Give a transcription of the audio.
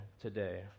today